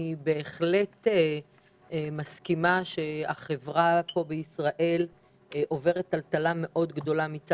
אני בהחלט מסכימה שהחברה בישראל עוברת טלטלה גדולה מאוד,